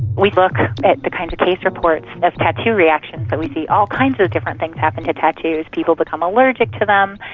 we look but at the kind of case reports of tattoo reactions and we see all kinds of different things happen to tattoos, people become allergic to them.